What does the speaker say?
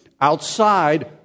outside